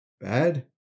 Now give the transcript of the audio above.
Bad